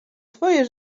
twoje